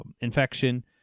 infection